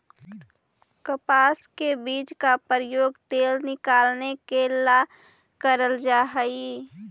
कपास के बीज का प्रयोग तेल निकालने के ला करल जा हई